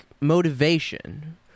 motivation